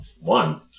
One